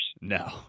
No